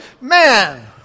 man